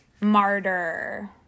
martyr